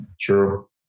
True